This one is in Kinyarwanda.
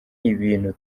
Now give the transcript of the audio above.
ibintu